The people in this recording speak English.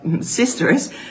sisters